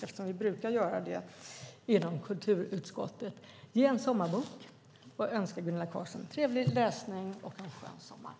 Eftersom vi brukar göra det inom kulturutskottet vill jag samtidigt överlämna en sommarbok och önska Gunilla Carlsson trevlig läsning och en skön sommar.